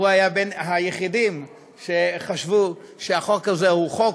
הוא היה בין היחידים שחשבו שהחוק הזה הוא חוק,